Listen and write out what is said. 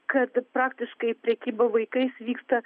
kad praktiškai prekyba vaikais vyksta